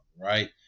right